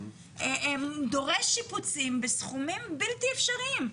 דורש שיפוצים בסכומים בלתי אפשריים.